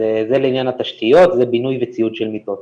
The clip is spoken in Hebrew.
זה לעניין התשתיות, זה בינוי וציוד של מיטות.